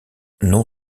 non